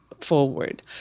forward